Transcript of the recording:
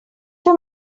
que